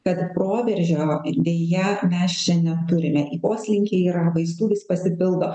kad proveržio deja mes čia neturime poslinkiai yra vaistų vis pasipildo